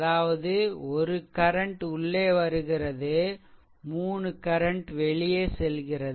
அதாவது 1 கரண்ட் உள்ளே வருகிறது 3 கரண்ட் வெளியே செல்கிறது